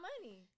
money